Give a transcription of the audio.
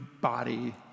body